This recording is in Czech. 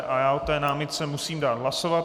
O té námitce musím dát hlasovat.